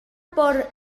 por